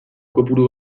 kopuru